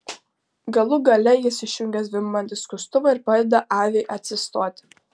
galų gale jis išjungia zvimbiantį skustuvą ir padeda aviai atsistoti